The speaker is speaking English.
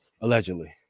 allegedly